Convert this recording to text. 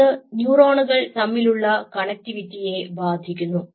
അത് ന്യൂറോണുകൾ തമ്മിലുള്ള കണക്ടിവിറ്റി യെ ബാധിക്കുന്നു